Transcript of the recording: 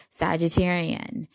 Sagittarian